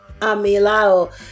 Amilao